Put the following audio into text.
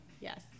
Yes